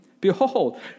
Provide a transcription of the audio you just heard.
Behold